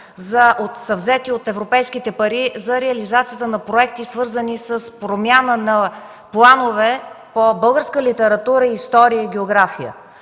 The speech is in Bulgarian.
се взети от европейските пари за реализацията на проекти, свързани с промяна на планове по българска литература, история и география.